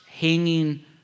hanging